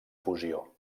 fusió